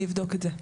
אני אבדוק את זה.